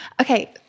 Okay